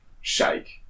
shake